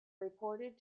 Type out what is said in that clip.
reported